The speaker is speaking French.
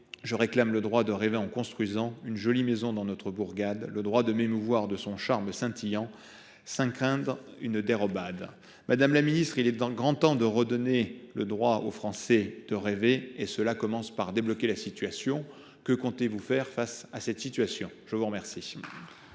Je réclame le droit de rêver en construisant une jolie maison dans notre bourgade, le droit de m’émouvoir de son charme scintillant sans craindre une dérobade !» Madame la ministre, il est grand temps de redonner le droit de rêver aux Français, et cela commence par débloquer la situation. Que comptez vous faire pour y parvenir ? La parole